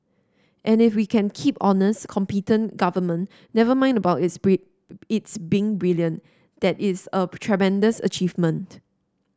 and if we can keep honest competent government never mind about its braid its been brilliant that is a tremendous achievement